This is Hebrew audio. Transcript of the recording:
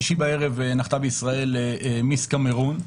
בשישי בערב נחתה בישראל מיס קמרון,